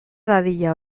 dadila